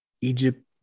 Egypt